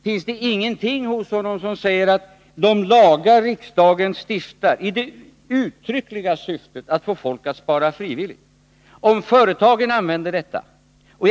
Finns det ingenting hos honom som = 19 februari 1981 säger att de lagar riksdagen stiftar i det uttryckliga syftet att få folk att spara frivilligt inte skall användas av företagen på detta sätt?